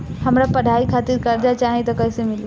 हमरा पढ़ाई खातिर कर्जा चाही त कैसे मिली?